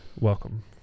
Welcome